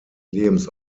lebens